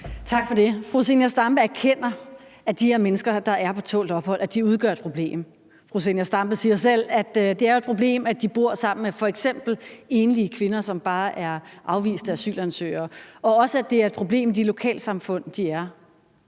Tak for det. Fru Zenia Stampe erkender, at de her mennesker, der er på tålt ophold, udgør et problem. Fru Zenia Stampe siger selv, at det jo er et problem, at de bor sammen med f.eks. enlige kvinder, som bare er afviste asylansøgere, og også, at det er et problem i de lokalsamfund,